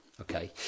okay